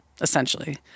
essentially